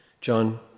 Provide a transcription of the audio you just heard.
john